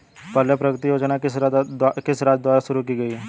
पल्ले प्रगति योजना किस राज्य द्वारा शुरू की गई है?